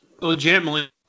legitimately